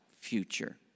future